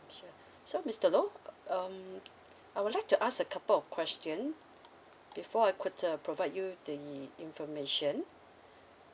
sure so mister low um I would like to ask a couple of question before I could uh provide you the information